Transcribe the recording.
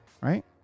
Right